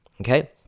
Okay